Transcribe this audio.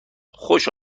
خوش